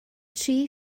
tri